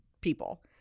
people